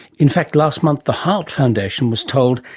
in fact, last month the heart foundation was told,